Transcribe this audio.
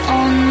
on